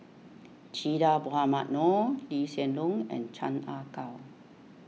Che Dah Mohamed Noor Lee Hsien Loong and Chan Ah Kow